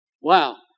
Wow